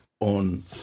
On